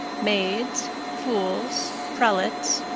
maids, fools, prelates,